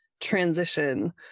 transition